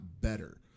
better